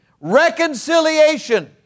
reconciliation